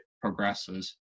progresses